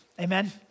Amen